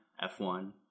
F1